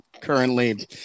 currently